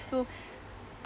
so